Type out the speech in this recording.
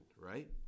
right